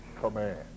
command